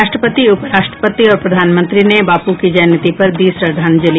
राष्ट्रपति उपराष्ट्रपति और प्रधानमंत्री ने बापू की जयंती पर दी श्रद्वांजलि